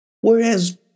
Whereas